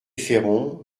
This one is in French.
féron